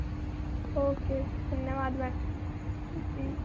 okay धन्यवाद जी